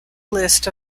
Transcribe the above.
list